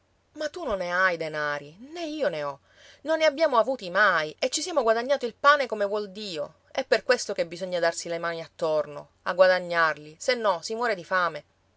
ma tu non ne hai denari né io ne ho non ne abbiamo avuti mai e ci siamo guadagnato il pane come vuol dio è per questo che bisogna darsi le mani attorno a guadagnarli se no si muore di fame